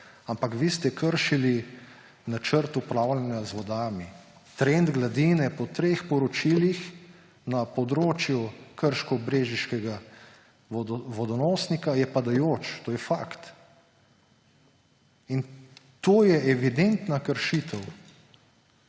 ampak vi ste kršili načrt upravljanja z vodami. Trend gladine po treh poročilih na območju krško-brežiškega vodonosnika je padajoč, to je fakt. In to je evidentna kršitev,